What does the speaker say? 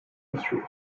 industries